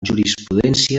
jurisprudència